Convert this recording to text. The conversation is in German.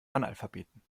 analphabeten